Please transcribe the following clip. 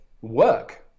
work